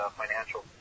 financial